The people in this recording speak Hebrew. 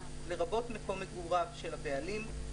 לרבות מקום מגוריו של הבעלים,